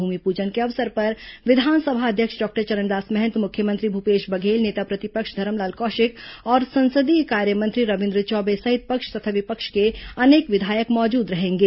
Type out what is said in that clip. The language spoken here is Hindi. भूमिप्रजन के अवसर पर विधानसभा अध्यक्ष डॉक्टर चरणदास महंत मुख्यमंत्री भूपेश बघेल नेता प्रतिपक्ष धरमलाल कौशिक और संसदीय कार्य मंत्री रविन्द्र चौबे सहित पक्ष तथा विपक्ष के अनेक विधायक मौजूद रहेंगे